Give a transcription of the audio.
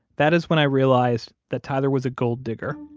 that is when i realized that tyler was a gold-digger,